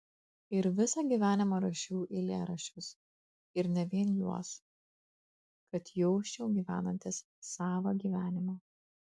ir visą gyvenimą rašiau eilėraščius ir ne vien juos kad jausčiau gyvenantis savą gyvenimą